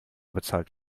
bezahlt